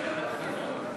משרד החוץ,